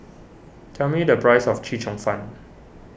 tell me the price of Chee Cheong Fun